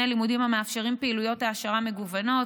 לימודים המאפשרים פעילויות העשרה מגוונות,